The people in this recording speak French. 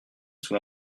sous